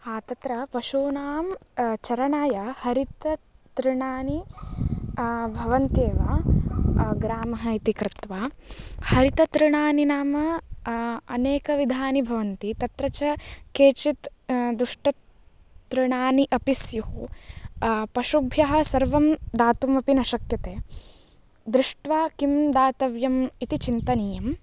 हा तत्र पशूनां चरणाय हरिततृणानि भवन्ति एव ग्रामः इति कृत्वा हरिततृणानि नाम अनेकविधानि भवन्ति तत्र च केचित् दुष्टतृणानि अपि स्युः पशुभ्यः सर्वं दातुमपि न शक्यते दृष्ट्वा किं दातव्यम् इति चिन्तनीयं